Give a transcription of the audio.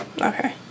Okay